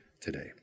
today